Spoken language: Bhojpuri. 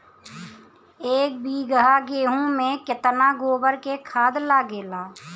एक बीगहा गेहूं में केतना गोबर के खाद लागेला?